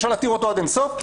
אפשר להתיר אותו עד אין סוף.